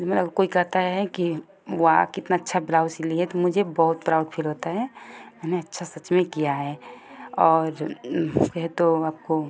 मतलब कोई कहता है कि वाह कितना अच्छा ब्लाउज सिली है तो मुझे बहुत प्राउड फील होता है मैंने अच्छा सच में किया है और कहे तो आपको